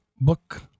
book